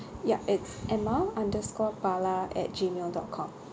ya it's emma underscore bala at Gmail dot com